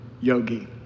yogi